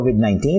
COVID-19